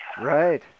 right